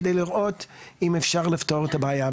כדי לראות אם אפשר לפתור את הבעיה.